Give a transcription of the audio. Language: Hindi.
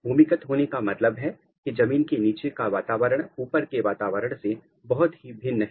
भूमिगत होने का मतलब है की जमीन के नीचे का वातावरण ऊपर के वातावरण से बहुत ही भिन्न है